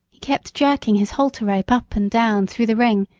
he kept jerking his halter rope up and down through the ring,